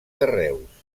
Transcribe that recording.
carreus